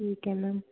ਠੀਕ ਹੈ ਮੈਮ